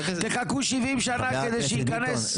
תחכו 70 שנה כדי שייכנס?